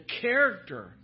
character